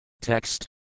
Text